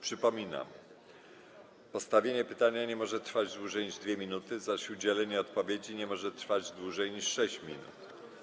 Przypominam, że postawienie pytania nie może trwać dłużej niż 2 minuty, zaś udzielenie odpowiedzi nie może trwać dłużej niż 6 minut.